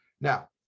Now